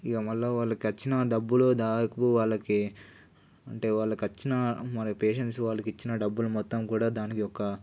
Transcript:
ఇక మళ్ళీ వాళ్ళకి వచ్చిన డబ్బులు దాదాపు వాళ్ళకి అంటే వాళ్ళకి వచ్చిన మళ్ళీ పేషెంట్స్ వాళ్ళకి ఇచ్చిన డబ్బుని మొత్తం కూడా దానికి ఒక